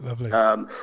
Lovely